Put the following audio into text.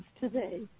today